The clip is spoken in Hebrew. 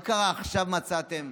מה קרה, עכשיו מצאתם?